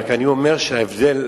רק אני אומר שההבדל,